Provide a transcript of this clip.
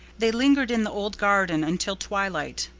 they lingered in the old garden until twilight,